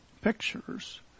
pictures